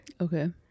okay